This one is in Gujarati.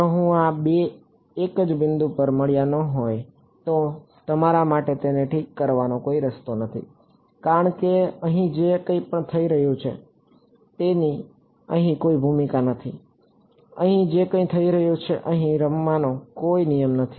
જો આ 2 એક જ બિંદુ પર મળ્યા ન હોય તો તમારા માટે તેને ઠીક કરવાનો કોઈ રસ્તો નથી કારણ કે અહીં જે કંઈ પણ થઈ રહ્યું છે તેની અહીં કોઈ ભૂમિકા નથી અહીં જે કંઈ થઈ રહ્યું છે તે અહીં રમવાનો કોઈ નિયમ નથી